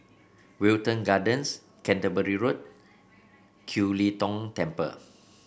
Wilton Gardens Canterbury Road Kiew Lee Tong Temple